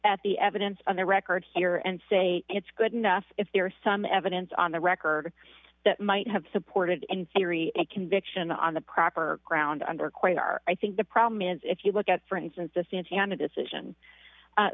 at the evidence on the record here and say it's good enough if there are some evidence on the record that might have supported and theory a conviction on the proper ground under quasar i think the problem is if you look at for instance the santana decision